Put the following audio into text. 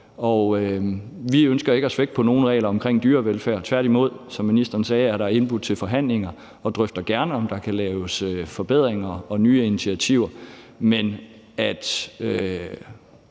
vi ønsker ikke at slække på nogen regler omkring dyrevelfærd, tværtimod. Som ministeren sagde, er der indbudt til forhandlinger, og vi drøfter gerne, om der kan laves forbedringer og tages nye initiativer.